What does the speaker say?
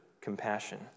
compassion